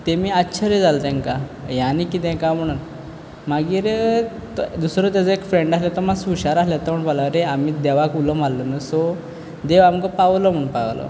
तेमी आश्चर्य जालें तेंकां हें आनी कितें काय म्हणोन मागीर दुसरो तेजो एक फ्रेंड आसलो तो मातसो हुशार आसले तो म्हणपा लागलो आरे आमी देवाक उलो मारलो न्हू सो देव आमकां पावलो म्हणपाक लागलो